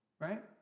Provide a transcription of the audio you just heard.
right